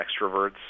extroverts